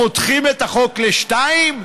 חותכים את החוק לשניים?